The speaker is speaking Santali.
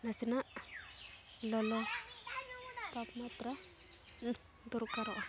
ᱱᱟᱥᱮᱱᱟᱜ ᱞᱚᱞᱚ ᱛᱟᱯᱢᱟᱛᱨᱟ ᱫᱚᱨᱠᱟᱨᱚᱜᱼᱟ